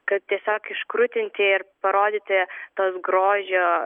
kad tiesiog iškrutinti ir parodyti tos grožio